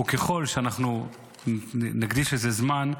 ככל שנקדיש לזה זמן,